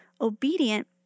obedient